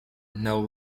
now